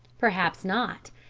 perhaps not!